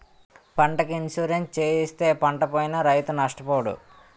పంటకి ఇన్సూరెన్సు చేయిస్తే పంటపోయినా రైతు నష్టపోడు